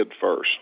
first